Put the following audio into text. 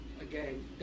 again